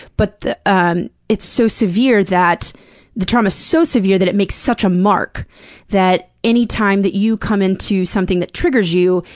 but ah it's so severe that the trauma's so severe that it makes such a mark that anytime that you come into something that triggers you,